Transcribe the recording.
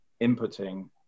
inputting